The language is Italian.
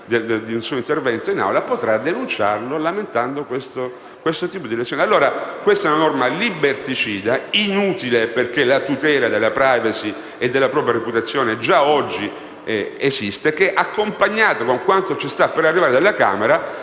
di un suo intervento in Aula, potrà denunciarlo lamentando questo tipo di lesione. Questa norma liberticida, inutile perché la tutela della *privacy* e della propria reputazione già esiste, accompagnata con quanto ci sta per arrivare dalla Camera,